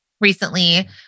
recently